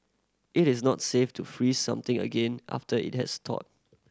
it is not safe to freeze something again after it has thawed